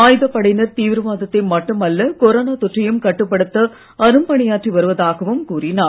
ஆயுதப்படையினர் தீவிரவாதத்தை மட்டும் அல்ல கொரோனா தொற்றையும் கட்டுப்படுத்த அரும்பணியாற்றி வருவதாகவும் கூறினார்